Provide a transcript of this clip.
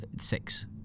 six